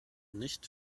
nicht